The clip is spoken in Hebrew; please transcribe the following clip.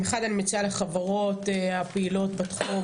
אחד אני מציעה לחברות הפעילות בתחום,